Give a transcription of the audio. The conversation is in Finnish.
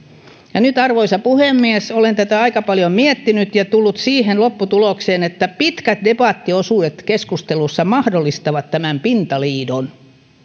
nyt arvoisa puhemies olen tätä aika paljon miettinyt ja tullut siihen lopputulokseen että pitkät debattiosuudet keskustelussa mahdollistavat tämän pintaliidon